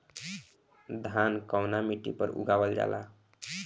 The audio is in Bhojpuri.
धान कवना मिट्टी पर उगावल जाला?